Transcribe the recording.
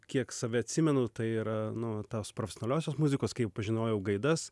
kiek save atsimenu tai yra nu tos profesionaliosios muzikos kai jau pažinojau gaidas